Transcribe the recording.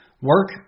Work